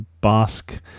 Basque